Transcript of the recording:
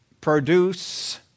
produce